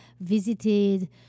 visited